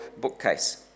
bookcase